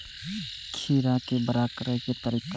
खीरा के बड़ा करे के तरीका?